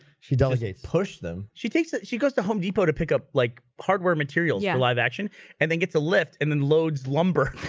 she delegate push them she takes it she goes to home depot to pick up like hardware materials a yeah live action and then get to lift and then loads lumber